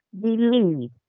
believe